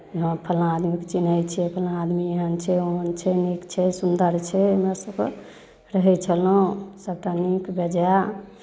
हँ फल्लाँ आदमीकेँ चिन्हैत छियै फल्लाँ आदमी एहन छै ओहन छै नीक छै सुन्दर छै हमरासभके रहै छलहुँ सभटा नीक बेजाय